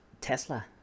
Tesla